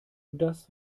das